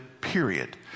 period